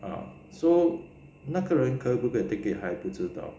啊 so 那个人可不可以 take it 还不知道